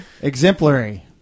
exemplary